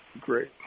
great